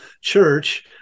Church